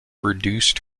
reduced